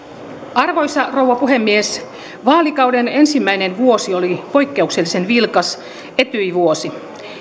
arvoisa rouva puhemies vaalikauden ensimmäinen vuosi oli poikkeuksellisen vilkas etyj vuosi